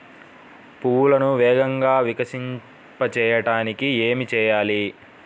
పువ్వులను వేగంగా వికసింపచేయటానికి ఏమి చేయాలి?